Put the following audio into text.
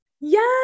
Yes